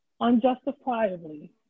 unjustifiably